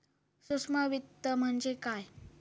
सूक्ष्म वित्त म्हणजे काय?